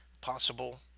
possible